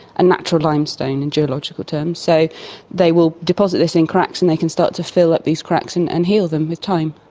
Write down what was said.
a natural limestone in geological terms. so they will deposit this in cracks and they can start to fill up these cracks and and heal them, with time.